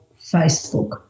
Facebook